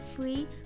free